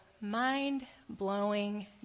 mind-blowing